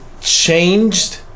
changed